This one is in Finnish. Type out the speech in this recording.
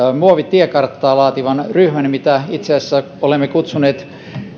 muovitiekarttaa laativan ryhmän mihin itse asiassa olemme kutsuneet